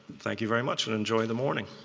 thank you very much and enjoy the morning.